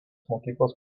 mokyklos